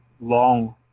long